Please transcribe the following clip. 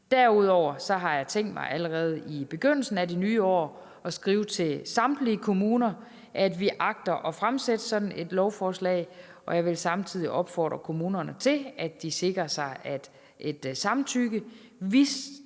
Derudover har jeg tænkt mig allerede i begyndelsen af det nye år at skrive til samtlige kommuner, at vi agter at fremsætte sådan et lovforslag, og jeg vil samtidig opfordre kommunerne til at sikre sig et samtykke, hvis